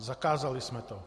Zakázali jsme to.